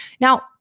now